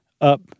up